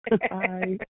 Hi